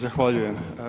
Zahvaljujem.